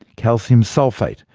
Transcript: calcium sulphate,